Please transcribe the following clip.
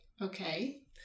Okay